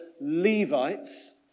Levites